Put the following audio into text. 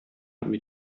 mit